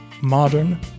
modern